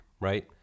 right